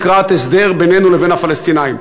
לקראת הסדר בינינו לבין הפלסטינים.